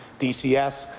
d c s,